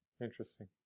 interesting